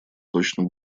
точно